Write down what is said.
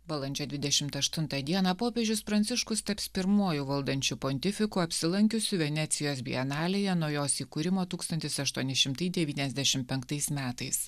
balandžio dvidešimt aštuntą dieną popiežius pranciškus taps pirmuoju valdančiu pontifiku apsilankiusiu venecijos bienalėje nuo jos įkūrimo tūkstantis aštuoni šimtai devyniasdešim penktais metais